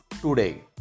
today